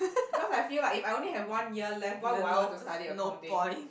because I feel like if I only have one year left why would I want to study accounting